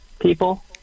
people